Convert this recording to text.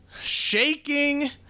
shaking